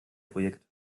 projekt